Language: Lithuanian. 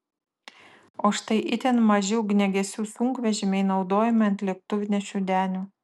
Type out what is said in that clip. o štai itin maži ugniagesių sunkvežimiai naudojami ant lėktuvnešių denių